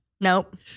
Nope